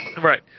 Right